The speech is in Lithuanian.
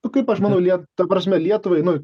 o kaip aš manau lie ta prasme lietuvai nu